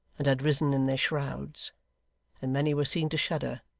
and had risen in their shrouds and many were seen to shudder,